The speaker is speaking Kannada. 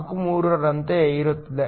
43 ರಂತೆ ಇರುತ್ತದೆ